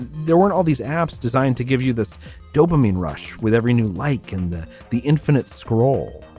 there weren't all these apps designed to give you this dopamine rush with every new like in the the infinite scroll.